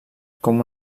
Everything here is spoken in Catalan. com